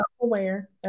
aware